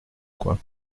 coin